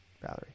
Valerie